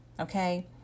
okay